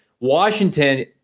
Washington